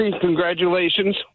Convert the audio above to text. congratulations